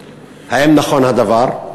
1. האם נכון הדבר?